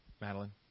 Madeline